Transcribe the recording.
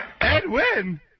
Edwin